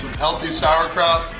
healthy sauerkraut.